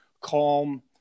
calm